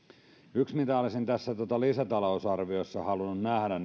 yksi mitä olisin tässä lisätalousarviossa halunnut nähdä